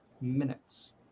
minutes